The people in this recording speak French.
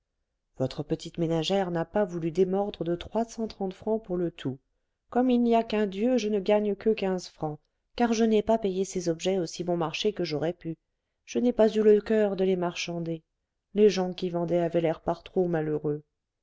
votre petite ménagère n'a pas voulu démordre de trois cent trente francs pour le tout comme il n'y a qu'un dieu je ne gagne que quinze francs car je n'ai pas payé ces objets aussi bon marché que j'aurais pu je n'ai pas eu le coeur de les marchander les gens qui vendaient avaient l'air par trop malheureux